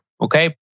okay